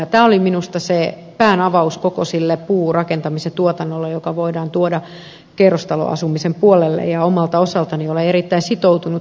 tämä oli minusta päänavaus koko sille puurakentamisen tuotannolle joka voidaan tuoda kerrostaloasumisen puolelle ja omalta osaltani olen erittäin sitoutunut siihen